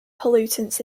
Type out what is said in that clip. pollutants